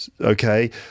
okay